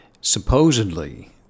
supposedly